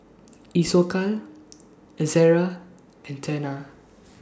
Isocal Ezerra and Tena